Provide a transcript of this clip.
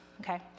Okay